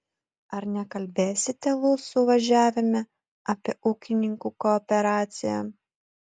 ar nekalbėsite lūs suvažiavime apie ūkininkų kooperaciją